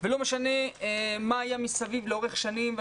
ולא משנה מה היה מסביב לאורך שנים,